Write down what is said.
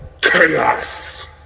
chaos